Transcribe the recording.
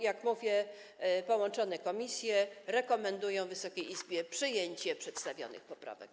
Jak mówię, połączone komisje rekomendują Wysokiej Izbie przyjęcie przedstawionych poprawek.